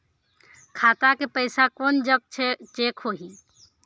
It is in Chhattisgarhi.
खाता के पैसा कोन जग चेक होही?